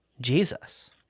Jesus